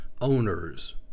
owners